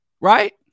Right